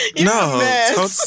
No